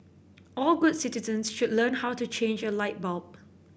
all good citizens should learn how to change a light bulb